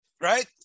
right